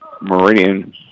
Meridian